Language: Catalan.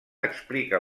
explica